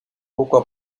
poco